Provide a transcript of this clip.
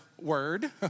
word